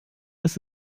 ist